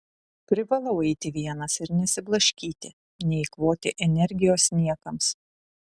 privalau eiti vienas ir nesiblaškyti neeikvoti energijos niekams